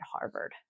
Harvard